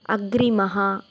अग्रिमः